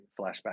flashback